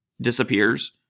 disappears